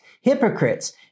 hypocrites